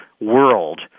world